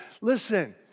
Listen